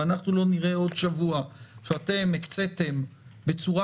ואנחנו לא נראה עוד שבוע שאתם הקציתם בצורה